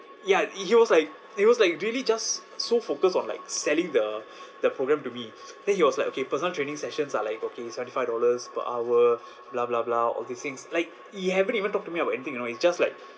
ya he he was like he was like really just so focused on like selling the the program to me then he was like okay personal training sessions are like okay seventy five dollars per hour blah blah blah all these things like he haven't even talk to me about anything you know it's just like